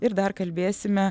ir dar kalbėsime